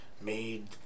made